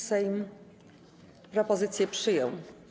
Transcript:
Sejm propozycję przyjął.